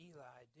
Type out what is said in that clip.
Eli